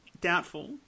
doubtful